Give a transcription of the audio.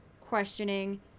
questioning